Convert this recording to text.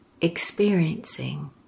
experiencing